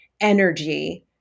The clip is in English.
energy